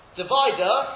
divider